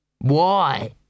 Why